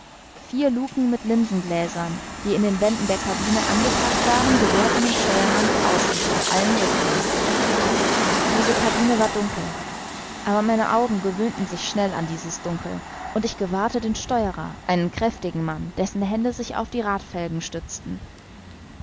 vier lucken mit linsengläsern die in den wänden der cabine angebracht waren gewährten dem steuermann die aussicht nach allen richtungen diese cabine war dunkel aber meine augen gewöhnten sich schnell an dieses dunkel und ich gewahrte den steuerer einen kräftigen mann dessen hände sich auf die radfelgen stützten